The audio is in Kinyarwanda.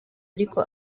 ariko